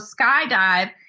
skydive